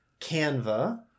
Canva